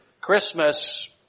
Christmas